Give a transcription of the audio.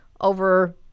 over